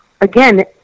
again